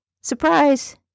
Surprise